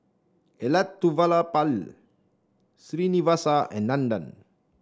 Elattuvalapil Srinivasa and Nandan